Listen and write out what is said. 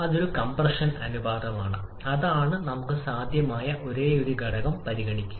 അത് ഒരു കംപ്രഷൻ അനുപാതമാണ് അതാണ് നമുക്ക് സാധ്യമായ ഒരേയൊരു ഘടകം പരിഗണിക്കുക